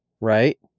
right